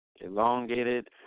elongated